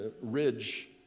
Ridge